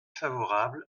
favorable